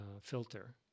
filter